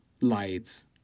lights